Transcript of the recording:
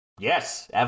Yes